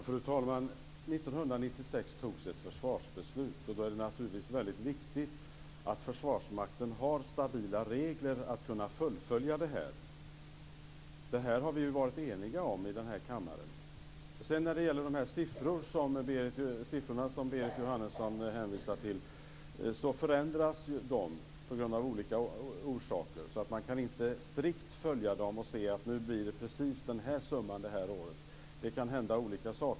Fru talman! År 1996 fattades ett försvarsbeslut. Då är det naturligtvis väldigt viktigt att Försvarsmakten har stabila regler för att kunna fullfölja det. Detta har vi varit eniga om i kammaren. De siffror som Berit Jóhannesson hänvisar till förändras ju av olika orsaker. Man kan inte strikt följa dem och se att det blir precis den här summan det här året. Det kan hända olika saker.